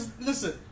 Listen